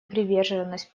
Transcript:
приверженность